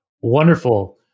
Wonderful